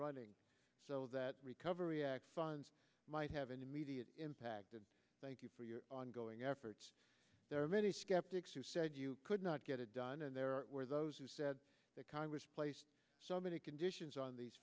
running so that recovery act funds might have an immediate impact and thank you for your ongoing efforts there are many skeptics who said you could not get it done and there were those who said that congress placed so many conditions on these